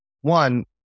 One